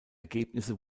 ergebnisse